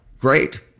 great